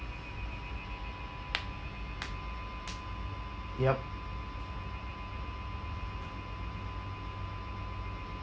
yup